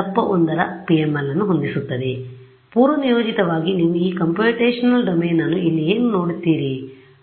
ಆದ್ದರಿಂದ ಪೂರ್ವನಿಯೋಜಿತವಾಗಿ ನೀವು ಈ ಕಂಪ್ಯೂಟೇಶನಲ್ ಡೊಮೇನ್ ಅನ್ನು ಇಲ್ಲಿ ಏನು ನೋಡುತ್ತೀರಿ